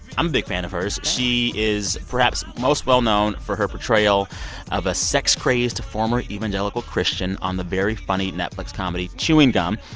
i'm a big fan of hers. she is perhaps most well-known for her portrayal of a sex-crazed former evangelical christian on the very funny netflix comedy chewing gum.